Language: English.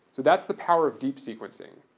so that's the power of deep sequencing.